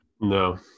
No